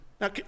Now